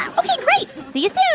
ah ok, great. see you soon